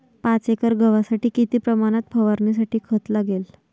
पाच एकर गव्हासाठी किती प्रमाणात फवारणीसाठी खत लागेल?